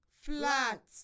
flat